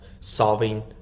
solving